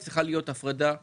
היא צריכה להיות הפרדה שוויונית.